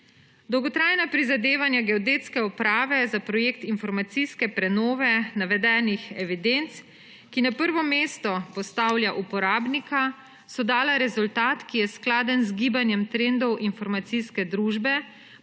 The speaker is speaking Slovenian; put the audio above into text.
Dolgotrajna prizadevanja Geodetske uprave za projekt informacijske prenove navedenih evidenc, ki na prvo mesto postavlja uporabnika, so dala rezultat, ki je skladen z gibanjem trendov informacijske družbe